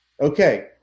Okay